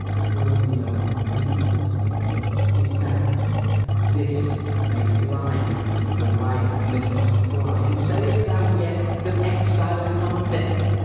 but romeo may not he is banished this may flies do, when i from this must fly. and sayest thou yet that exile is not death!